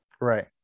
Right